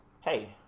hey